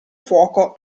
fuoco